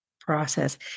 process